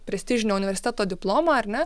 prestižinio universiteto diplomą ar ne